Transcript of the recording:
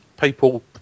people